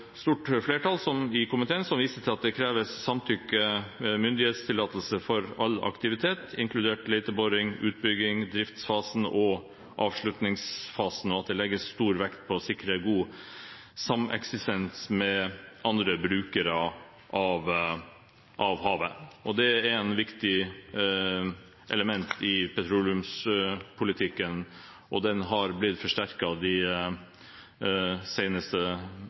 stort flertall i komiteen som viser til at det kreves samtykke/myndighetstillatelse for all aktivitet, inkludert leteboring, utbygging, driftsfasen og avslutningsfasen, og at det legges stor vekt på å sikre god sameksistens med andre brukere av havet. Det er et viktig element i petroleumspolitikken, og det har blitt forsterket de